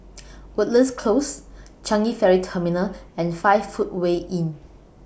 Woodlands Close Changi Ferry Terminal and five Footway Inn